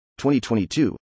2022